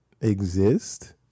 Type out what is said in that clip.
exist